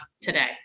today